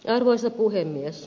arvoisa puhemies